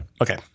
Okay